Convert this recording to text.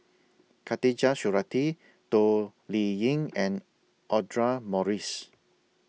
Khatijah Surattee Toh Liying and Audra Morrice